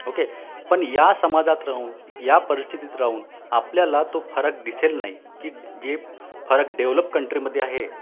okay पण या समाजात राहून या परिस्थितीत राहून आपल्याला तो फरक दिसेल नाही की जे फरक डेवलप कंट्रीमध्ये आहे